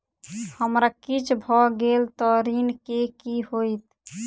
हमरा किछ भऽ गेल तऽ ऋण केँ की होइत?